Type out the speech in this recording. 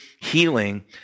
healing